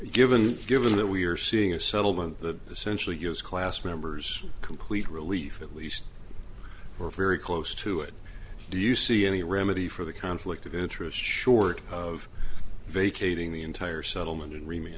given given that we are seeing a settlement the essentially yours class members complete relief at least we're very close to it do you see any remedy for the conflict of interest short of vacating the entire settlement agreement